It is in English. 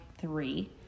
three